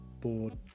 board